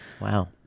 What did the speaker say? Wow